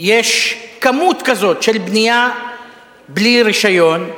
יש כמות כזאת של בנייה בלי רשיון,